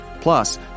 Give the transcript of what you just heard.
Plus